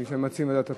הם מציעים ועדת הפנים.